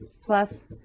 plus